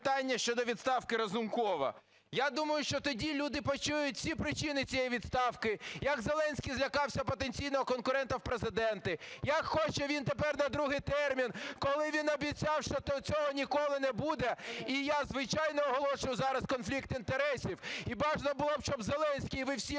Я думаю, що тоді люди почують всі причини цієї відставки, як Зеленський злякався потенційного конкурента в Президенти, як хоче він тепер на другий термін, коли він обіцяв, що цього ніколи не буде. І я, звичайно, оголошу зараз конфлікт інтересів. І бажано було б, щоб Зеленський, ви всі оголосили,